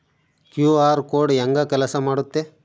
QR code ಹೆಂಗ ಕೆಲಸ ಮಾಡುತ್ತೆ?